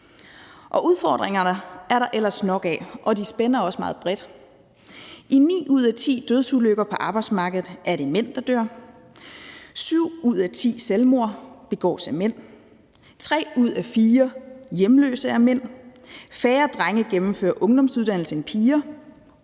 og udfordringer er der ellers nok af, og de spænder også meget bredt. I ni ud af ti dødsulykker på arbejdsmarkedet er det mænd, der dør, syv ud af ti selvmord begås af mænd, tre ud af fire hjemløse er mænd, færre drenge gennemfører ungdomsuddannelser end piger,